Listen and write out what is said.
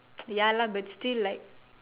ya lah but still like